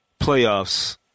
playoffs